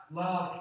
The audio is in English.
love